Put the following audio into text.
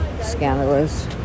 scandalous